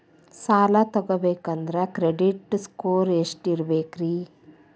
ಸಾಲ ತಗೋಬೇಕಂದ್ರ credit score ಎಷ್ಟ ಇರಬೇಕ್ರಿ?